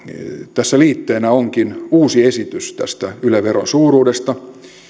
tässä liitteenä onkin uusi esitys tästä yle veron suuruudesta